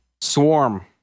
Swarm